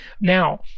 Now